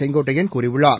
செங்கோட்டையன் கூறியுள்ளார்